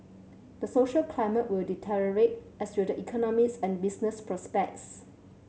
the social climate will deteriorate as will the economies and business prospects